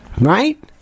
Right